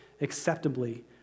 acceptably